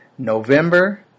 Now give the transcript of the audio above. November